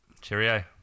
cheerio